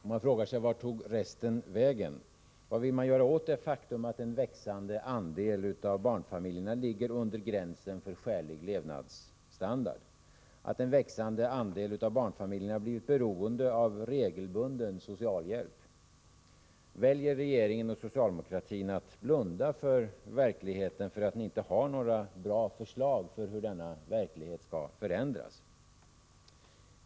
Man frågar sig vart resten tog vägen. Vad vill man göra åt det faktum att en växande andel av barnfamiljerna befinner sig under gränsen för skälig levnadsstandard, att en växande andel av barnfamiljerna har blivit beroende av regelbunden socialhjälp? Väljer regeringen och socialdemokratin att blunda för verkligheten, därför att det saknas bra förslag om hur denna verklighet skall förändras?